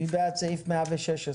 מי בעד סעיף 116?